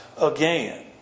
again